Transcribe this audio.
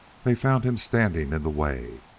they found him standing in the way,